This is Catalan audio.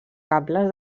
cables